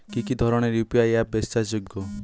কি কি ধরনের ইউ.পি.আই অ্যাপ বিশ্বাসযোগ্য?